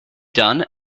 done